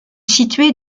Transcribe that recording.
située